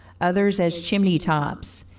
others as chimney tops,